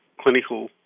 clinical